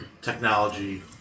Technology